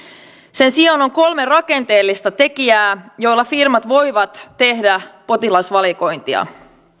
sen sijaan on kolme rakenteellista tekijää joilla firmat voivat tehdä potilasvalikointia